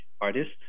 artist